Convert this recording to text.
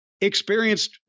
experienced